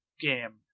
game